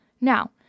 Now